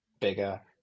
bigger